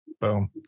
Boom